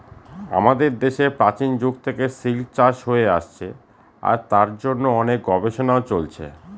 আমাদের দেশে প্রাচীন যুগ থেকে সিল্ক চাষ হয়ে আসছে আর তার জন্য অনেক গবেষণাও চলছে